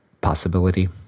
possibility